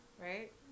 right